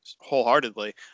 wholeheartedly